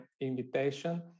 invitation